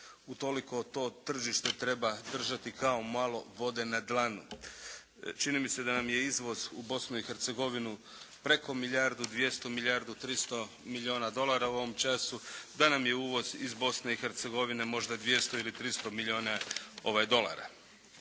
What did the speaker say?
Utoliko to tržište treba držati kao malo vode na dlanu. Čini mi se da nam je izvoz u Bosnu i Hercegovinu preko milijardu dvjesto, milijardu tristo milijuna dolara u ovom času, da nam je uvoz iz Bosne i Hercegovine možda dvjesto ili tristo milijuna dolara.